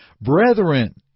Brethren